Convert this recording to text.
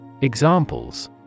Examples